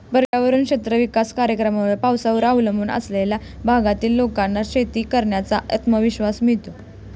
पर्जन्य क्षेत्र विकास कार्यक्रमामुळे पावसावर अवलंबून असलेल्या भागातील लोकांना शेती करण्याचा आत्मविश्वास मिळतो